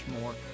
more